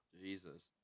Jesus